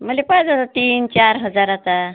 मला पाहिजे होता तीन चार हजाराचा